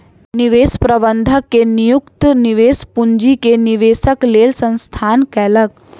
निवेश प्रबंधक के नियुक्ति निवेश पूंजी के निवेशक लेल संस्थान कयलक